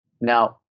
Now